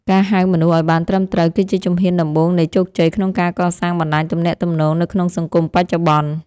ការហៅមនុស្សឱ្យបានត្រឹមត្រូវគឺជាជំហានដំបូងនៃជោគជ័យក្នុងការកសាងបណ្ដាញទំនាក់ទំនងនៅក្នុងសង្គមបច្ចុប្បន្ន។